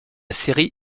série